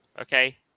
okay